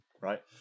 Right